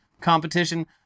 competition